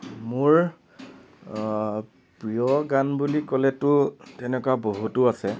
মোৰ প্ৰিয় গান বুলি ক'লেতো তেনেকুৱা বহুতো আছে